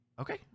Okay